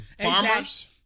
Farmers